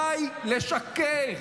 די לשקר.